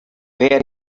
where